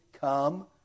come